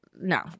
no